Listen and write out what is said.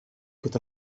put